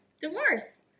divorce